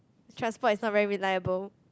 transport is not very reliable